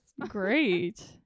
great